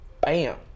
bam